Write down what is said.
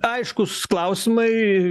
aiškūs klausimai